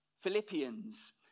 Philippians